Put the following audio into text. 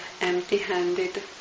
empty-handed